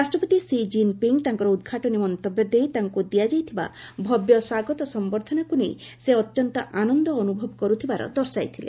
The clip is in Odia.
ରାଷ୍ଟ୍ରପତି ଷି ଜିନ୍ପିଙ୍ଗ୍ ତାଙ୍କର ଉଦ୍ଘାଟନୀ ମନ୍ତବ୍ୟ ଦେଇ ତାଙ୍କୁ ଦିଆଯାଇଥିବା ଭବ୍ୟ ସ୍ୱାଗତ ସମ୍ଭର୍ଦ୍ଧନାକୁ ନେଇ ସେ ଅତ୍ୟନ୍ତ ଆନନ୍ଦ ଅନୁଭବ କରୁଥିବାର ଦର୍ଶାଇଥିଲେ